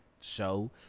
show